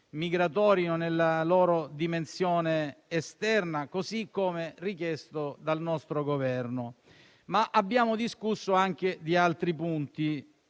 migratori nella loro dimensione esterna, così come richiesto dal nostro Governo. Abbiamo, poi, discusso anche di altri punti